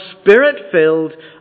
spirit-filled